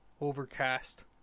Overcast